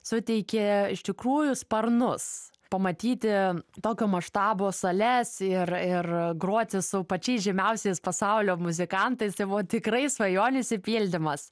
suteikė iš tikrųjų sparnus pamatyti tokio maštabo sales ir ir groti su pačiais žymiausiais pasaulio muzikantais tai buvo tikrai svajonių išsipildymas